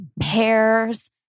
pears